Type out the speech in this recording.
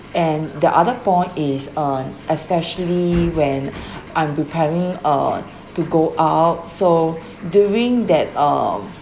and the other point is on especially when I'm preparing uh to go out so during that um